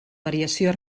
variació